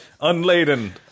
Unladen